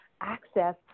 access